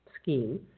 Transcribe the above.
Scheme